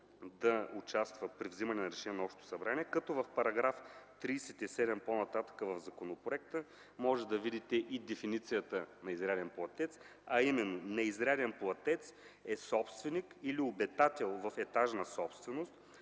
да участва при вземане на решения на общото събрание, като по-нататък в законопроекта, в § 37, може да видите и дефиницията на неизряден платец, а именно: неизряден платец е собственик или обитател в етажна собственост,